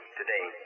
today